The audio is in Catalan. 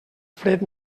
fred